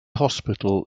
hospital